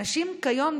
אנשים כיום,